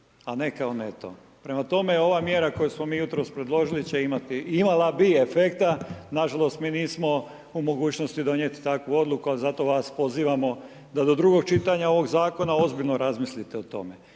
a ne kao neto. Prema tome, ova mjera koju smo mi jutros predložili će imati, imala bi efekta, nažalost mi nismo u mogućnosti donijeti takvu odluku ali zato vas pozivamo da do drugog čitanja ovog zakona ozbiljno razmislite o tome.